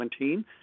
2017